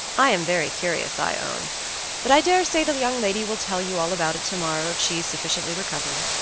i am very curious, i own but i dare say the young lady will tell you all about it tomorrow, if she is sufficiently recovered.